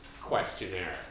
questionnaire